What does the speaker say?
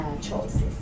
choices